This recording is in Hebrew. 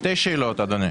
שתי שאלות, אדוני.